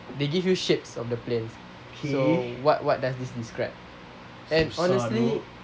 they give you shapes of the planes so what what does this described and honestly